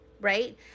right